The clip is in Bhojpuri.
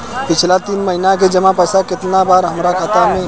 पिछला तीन महीना के जमा पैसा केतना बा हमरा खाता मे?